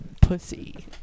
pussy